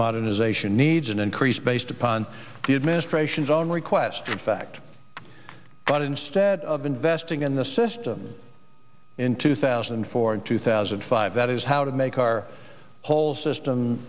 modernization needs an increase based upon the administration's own request in fact but instead of investing in the system in two thousand and four and two thousand and five that is how to make our whole system